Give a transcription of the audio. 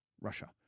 Russia